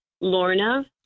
Lorna